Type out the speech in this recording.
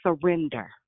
surrender